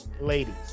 ladies